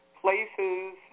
places